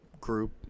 group